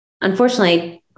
unfortunately